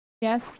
yes